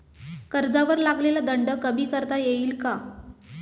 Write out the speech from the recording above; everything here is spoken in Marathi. कर्जावर लागलेला दंड कमी करता येईल का?